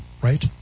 right